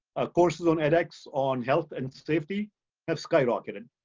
ah courses on edx on health and safety have skyrocketed.